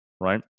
right